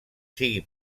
sigui